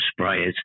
sprayers